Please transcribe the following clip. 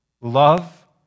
love